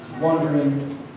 Wondering